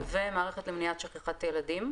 ומערכת למניעת שיכחת ילדים,